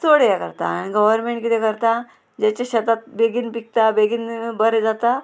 चड हें करता आनी गव्हर्मेंट कितें करता जेचे शेतां बेगीन पिकता बेगीन बरें जाता